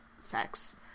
sex